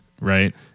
right